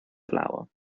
flower